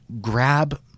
grab